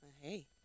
Hey